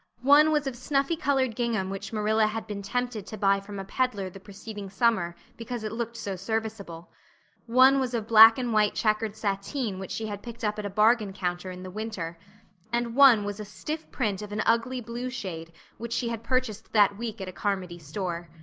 one was of snuffy colored gingham which marilla had been tempted to buy from a peddler the preceding summer because it looked so serviceable one was of black-and-white checkered sateen which she had picked up at a bargain counter in the winter and one was a stiff print of an ugly blue shade which she had purchased that week at a carmody store.